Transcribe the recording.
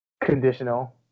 conditional